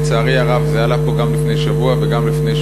לצערי הרב זה עלה פה גם לפני שבוע וגם לפני שבועיים,